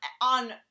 on